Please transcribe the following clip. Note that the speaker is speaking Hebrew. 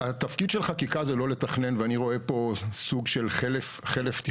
התפקיד של חקיקה זה לא לתכנן ואני רואה פה סוג של חלף תכנון.